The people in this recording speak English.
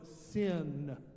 sin